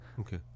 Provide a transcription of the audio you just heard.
Okay